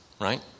Right